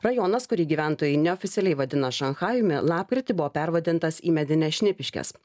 rajonas kurį gyventojai neoficialiai vadina šanchajumi lapkritį buvo pervadintas į medines šnipiškes